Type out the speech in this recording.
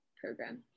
program